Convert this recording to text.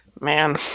man